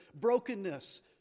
brokenness